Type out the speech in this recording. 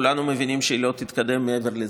כולנו מבינים שהיא לא תתקדם מעבר לזה.